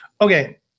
okay